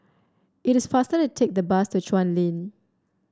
it is faster to take the bus to Chuan Lane